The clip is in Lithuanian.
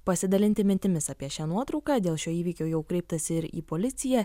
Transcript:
pasidalinti mintimis apie šią nuotrauką dėl šio įvykio jau kreiptasi ir į policiją